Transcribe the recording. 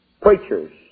preachers